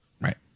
Right